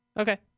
Okay